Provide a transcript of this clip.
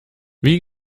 wie